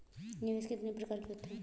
निवेश कितनी प्रकार के होते हैं?